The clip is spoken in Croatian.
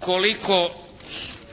koliko